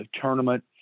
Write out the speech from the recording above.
tournament